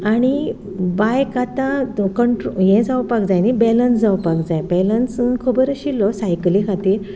आनी बायक आतां कंट्रो हें जावपाक जाय न्ही बेलंस जावपाक जाय बेलंस खबर आशिल्लोच सायकली खातीर